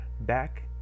back